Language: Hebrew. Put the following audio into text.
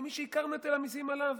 למי שעיקר נטל המיסים עליו,